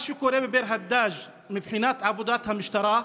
מה שקורה בביר הדאג' מבחינת עבודת המשטרה,